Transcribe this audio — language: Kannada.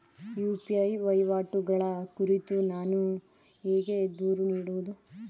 ಯು.ಪಿ.ಐ ವಹಿವಾಟುಗಳ ಕುರಿತು ನಾನು ಹೇಗೆ ದೂರು ನೀಡುವುದು?